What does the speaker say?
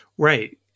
Right